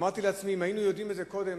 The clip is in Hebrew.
אמרתי לעצמי: אם היינו יודעים את זה קודם,